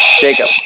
Jacob